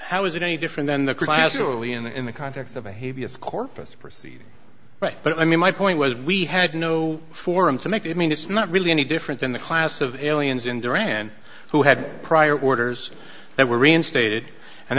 how is it any different then the could actually in the context of behaviors corpus proceed right but i mean my point was we had no forum to make i mean it's not really any different than the class of aliens in duran who had prior orders that were reinstated and